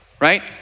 right